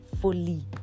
fully